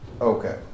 Okay